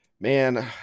man